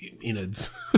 innards-